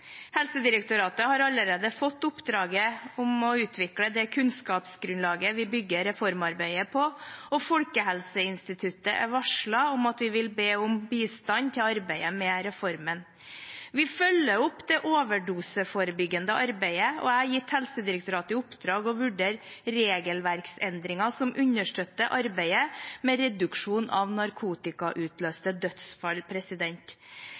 Helsedirektoratet har allerede fått oppdraget med å utvikle det kunnskapsgrunnlaget vi bygger reformarbeidet på, og Folkehelseinstituttet er varslet om at vi vil be om bistand til arbeidet med reformen. Vi følger opp det overdoseforebyggende arbeidet, og jeg har gitt Helsedirektoratet i oppdrag å vurdere regelverksendringer som understøtter arbeidet med reduksjon av